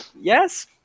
Yes